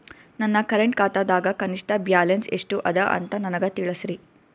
ನನ್ನ ಕರೆಂಟ್ ಖಾತಾದಾಗ ಕನಿಷ್ಠ ಬ್ಯಾಲೆನ್ಸ್ ಎಷ್ಟು ಅದ ಅಂತ ನನಗ ತಿಳಸ್ರಿ